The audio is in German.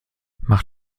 mach